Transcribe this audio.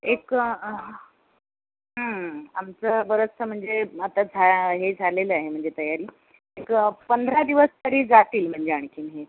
एक ह हं आमचं बरंचसं म्हणजे आत्ता झा हे झालेलं आहे म्हणजे तयारी एक पंधरा दिवस तरी जातील म्हणजे आणखीन हे